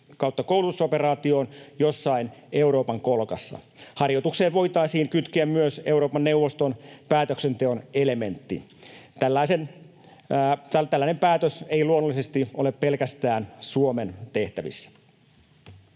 tai koulutusoperaatioon jossain Euroopan kolkassa. Harjoitukseen voitaisiin kytkeä myös Euroopan neuvoston päätöksenteon elementti. Tällainen päätös ei luonnollisesti ole pelkästään Suomen tehtävissä.